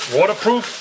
Waterproof